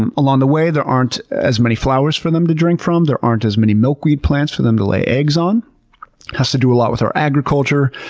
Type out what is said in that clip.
and along the way there aren't as many flowers for them to drink from. there aren't as many milkweed plants for them to lay eggs on. it has to do a lot with our agriculture.